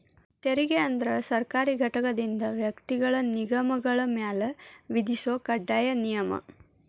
ತೆರಿಗೆ ಅಂದ್ರ ಸರ್ಕಾರಿ ಘಟಕದಿಂದ ವ್ಯಕ್ತಿಗಳ ನಿಗಮಗಳ ಮ್ಯಾಲೆ ವಿಧಿಸೊ ಕಡ್ಡಾಯ ನಿಯಮ